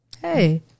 Hey